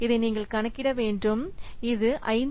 இதை நீங்கள் கணக்கிட வேண்டும் இது 500